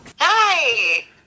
Hi